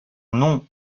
nom